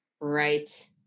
right